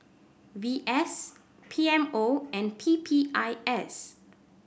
V S P M O and P P I S